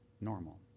normal